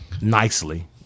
Nicely